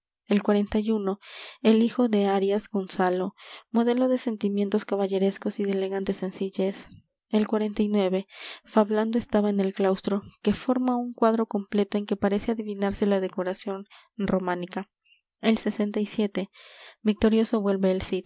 el el hijo de arias gonzalo modelo de sentimientos caballerescos y de elegante sencillez el fando estaba en el claustro que forma un cuadro completo en que parece adivinarse la decoración románica el victorioso vuelve el